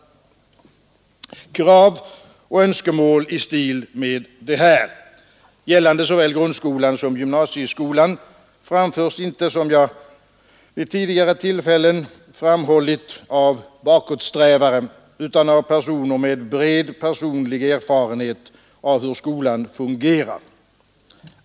Krav och önskemål i stil med dessa, gällande såväl grundskolan som gymnasieskolan, framförs inte, vilket jag vid tidigare tillfällen framhållit, av bakåtsträvare utan av personer med bred personlig erfarenhet av hur skolan fungerar.